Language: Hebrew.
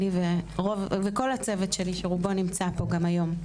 אני וכל הצוות שלי שרובו נמצא פה היום.